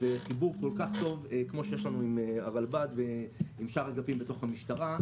וחיבור כל כך טוב כמו שיש לנו עם הרלב"ד ועם שאר האגפים התוך המשטרה.